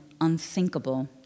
unthinkable